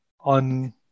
on